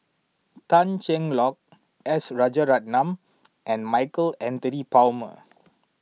Tan Cheng Lock S Rajaratnam and Michael Anthony Palmer